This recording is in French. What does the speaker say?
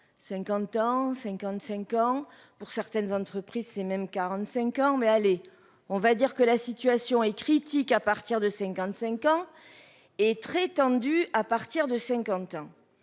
50 ans, 55 ans pour certaines entreprises c'est même 45 ans mais allez on va dire que la situation est critique. À partir de 55 ans. Est très tendue à partir de 50 ans,